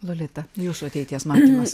lolita jūsų ateities matymas